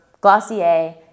Glossier